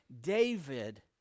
David